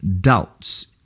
doubts